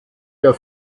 der